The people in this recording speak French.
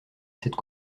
cette